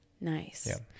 Nice